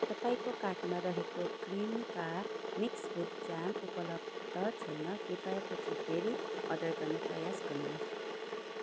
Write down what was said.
तपाईँको कार्टमा रहेको क्रिमिका मिक्स फ्रुट जाम उपलब्ध छैन कृपया पछि फेरि अर्डर गर्ने प्रयास गर्नुहोस्